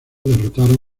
derrotaron